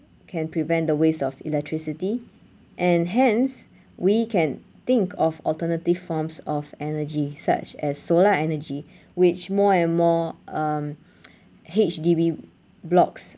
can prevent the waste of electricity and hence we can think of alternative forms of energy such as solar energy which more and more um H_D_B blocks